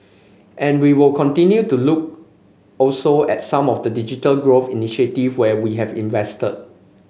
and we would continue to look also at some of the digital growth initiatives where we have invested